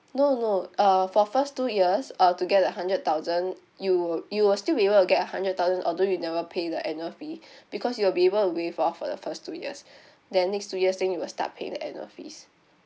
no no uh for first two years uh to get the hundred thousand you will you will still be able to get a hundred thousand although you never pay the annual fee because you'll be able to waive off for the first two years then next two years then you will start paying the annual fees